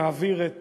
נעביר את